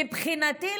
מבחינתי,